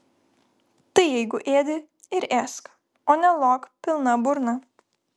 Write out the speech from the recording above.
tai jeigu ėdi ir ėsk o ne lok pilna burna